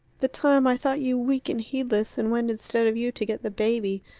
the time i thought you weak and heedless, and went instead of you to get the baby.